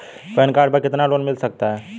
Pan card पर कितना loan मिल सकता है?